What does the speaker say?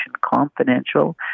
confidential